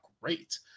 great